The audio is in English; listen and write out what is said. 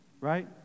right